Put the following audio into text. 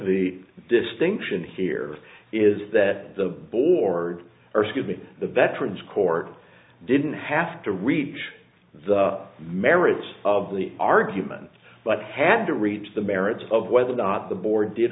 the distinction here is that the board give me the veterans court didn't have to reach the merits of the argument but had to reach the merits of whether or not the board did